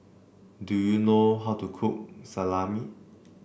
do you know how to cook Salami